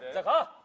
but